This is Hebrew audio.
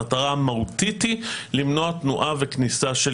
המטרה המהותית היא למנוע תנועה וכניסה של